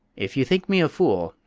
if you think me a fool,